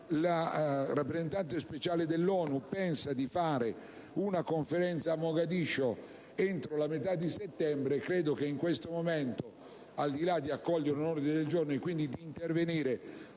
La rappresentante speciale dell'ONU pensa di organizzare una Conferenza a Mogadiscio entro la metà di settembre. In questo momento, al di là di accogliere un ordine del giorno, e di intervenire